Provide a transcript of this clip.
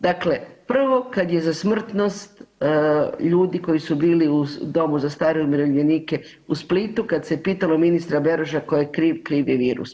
Dakle, prvo kad je za smrtnost ljudi koji su bili u Domu za starije i umirovljenike u Splitu kad se pitalo ministra Beroša tko je kriv, kriv je virus.